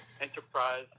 enterprise